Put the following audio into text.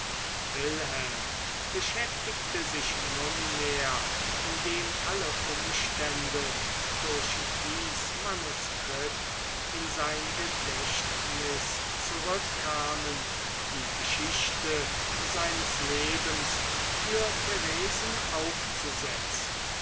wilhelm beschäftigte sich nunmehr indem alle umstände durch dies manuskript in sein gedächtnis zurückkamen die geschichte seines lebens für theresen aufzusetzen